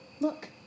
Look